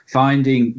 finding